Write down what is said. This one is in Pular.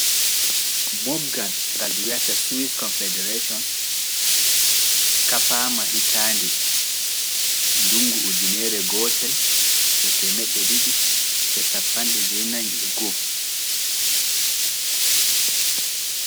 Mobgal ngal dun wiYata kawtal galuuje nokkuuje france kafa ma hitande ujune e temedde didi e cappande jenayi (twelve ninety) CE